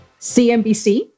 CNBC